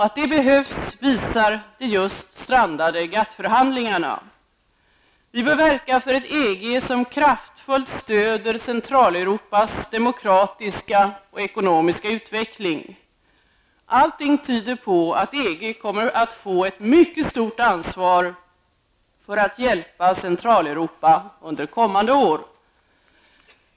Att det behövs visar de just strandade GATT-förhandlingarna. Vi bör verka för ett EG som kraftfullt stöder Centraleuropas demokratiska och ekonomiska utveckling. Allting tyder på att EG kommer att få ett mycket stort ansvar för att hjälpa Centraleuropa under kommande år.